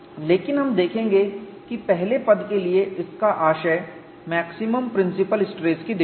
लेकिन हम देखेंगे कि पहले पद के लिए इसका आशय मैक्सिमम प्रिंसिपल स्ट्रेस की दिशा है